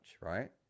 right